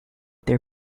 their